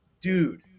dude